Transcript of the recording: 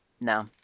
No